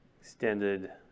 extended